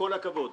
כל הכבוד.